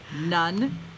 None